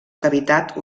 cavitat